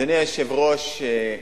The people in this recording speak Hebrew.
אדוני היושב-ראש,